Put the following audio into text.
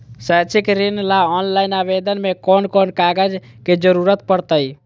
शैक्षिक ऋण ला ऑनलाइन आवेदन में कौन कौन कागज के ज़रूरत पड़तई?